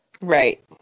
Right